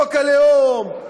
חוק הלאום,